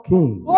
King